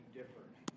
different